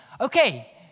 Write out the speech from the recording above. Okay